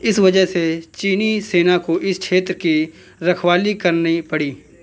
इस वज़ह से चीनी सेना को इस क्षेत्र की रखवाली करनी पड़ी